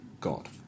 God